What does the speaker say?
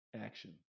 action